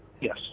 Yes